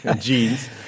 jeans